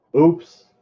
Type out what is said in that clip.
Oops